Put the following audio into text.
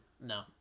No